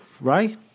Ray